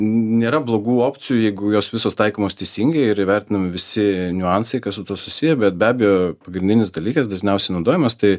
nėra blogų opcijų jeigu jos visos taikomos teisingai ir įvertinami visi niuansai kas su tuo susiję bet be abejo pagrindinis dalykas dažniausiai naudojamas tai